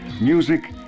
music